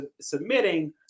submitting